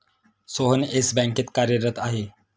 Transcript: Sohan Yes बँकेत कार्यरत आहे